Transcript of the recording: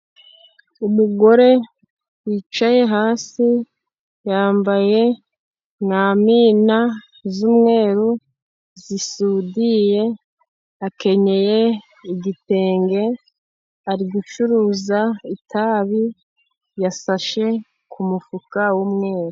Umugore wicaye hasi yambaye mwamina z'umweru zisudiye, akenyeye igitenge, ari gucuruza itabi, yashashe ku mufuka w'umweru.